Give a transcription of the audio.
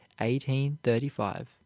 1835